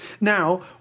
Now